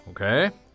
okay